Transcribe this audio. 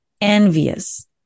envious